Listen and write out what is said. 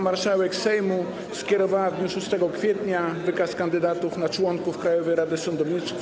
Marszałek Sejmu skierowała w dniu 6 kwietnia wykaz kandydatów na członków Krajowej Rady Sądownictwa.